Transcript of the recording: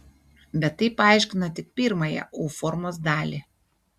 bet tai paaiškina tik pirmąją u formos dalį